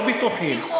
לא בטוחים,